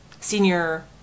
senior